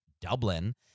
Dublin